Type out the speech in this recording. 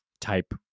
type